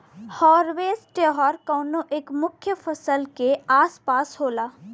harvest त्यौहार कउनो एक मुख्य फसल के आस पास होला